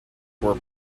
were